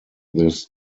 this